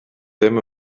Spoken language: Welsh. ddim